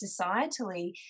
societally